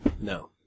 No